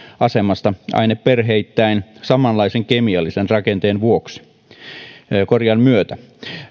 asemasta aineperheittäin samanlaisen kemiallisen rakenteen myötä